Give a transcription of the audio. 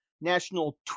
National